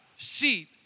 Sheep